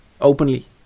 openly